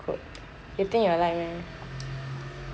you think you will like meh